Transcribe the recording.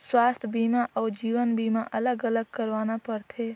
स्वास्थ बीमा अउ जीवन बीमा अलग अलग करवाना पड़थे?